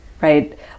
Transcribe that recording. Right